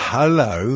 Hello